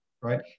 right